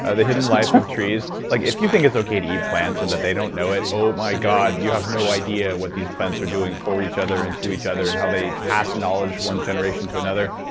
ah the hidden life of trees. like if you think it's okay to eat plants and that they don't know it, oh my god, you have no idea what these plants are doing for each other and to each other and how they pass knowledge from one generation to another.